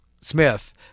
Smith